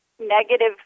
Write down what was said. negative